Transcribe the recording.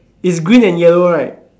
is green and yellow right